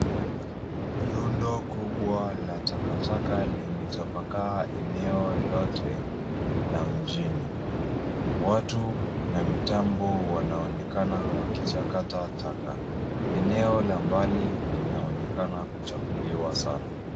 Rundo kubwa la takataka limetapakaa eneo lote la mjini. Watu na mitambo wanaonekana wakichakata taka. Eneo la mbali linaonekana kuchafuliwa sana.